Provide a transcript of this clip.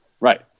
Right